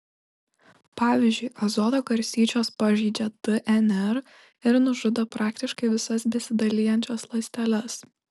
pavyzdžiui azoto garstyčios pažeidžia dnr ir nužudo praktiškai visas besidalijančias ląsteles